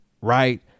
right